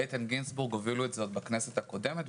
איתן גינזבורג הובילו את זה עוד בכנסת הקודמת,